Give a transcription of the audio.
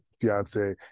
fiance